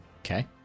Okay